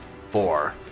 Four